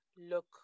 look